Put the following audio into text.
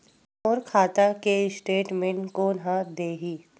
मोर खाता के स्टेटमेंट कोन ह देही?